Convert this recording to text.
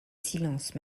silence